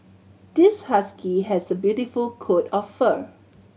this husky has a beautiful coat of fur